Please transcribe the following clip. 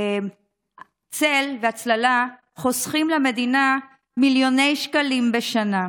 צל והצללה חוסכים למדינה מיליוני שקלים בשנה.